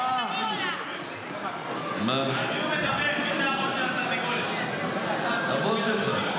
על מי הוא מדבר --- הבוס שלך.